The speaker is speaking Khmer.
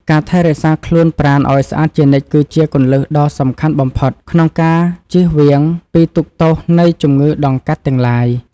ការថែរក្សាខ្លួនប្រាណឱ្យស្អាតជានិច្ចគឺជាគន្លឹះដ៏សំខាន់បំផុតក្នុងការចៀសវាងពីទុក្ខទោសនៃជំងឺដង្កាត់ទាំងឡាយ។